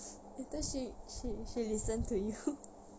later she she she listen to you